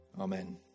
Amen